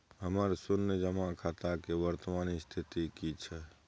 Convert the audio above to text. हमर शुन्य जमा खाता के वर्तमान स्थिति की छै?